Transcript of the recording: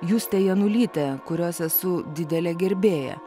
juste janulyte kurios esu didelė gerbėja